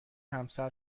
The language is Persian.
همسر